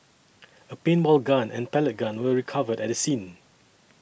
a paintball gun and pellet gun were recovered at the scene